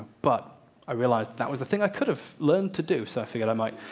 but i realized, that was a thing i could have learned to do. so i figured i might.